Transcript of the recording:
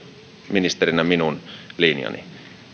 ministerinä minun linjani